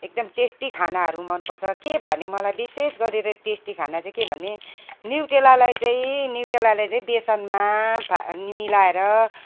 एकदम टेस्टी खानाहरू मनपर्छ के भने मलाई विषेश गरेर टेस्टी खाना चाहिँ के भने निउट्रेलालाई चाहिँ निउट्रेलालाई चाहिँ बेसनमा फा मिलाएर